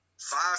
five